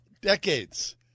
Decades